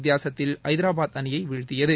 வித்தியாசத்தில் ஐதராபாத் அணியை வீழ்த்தியது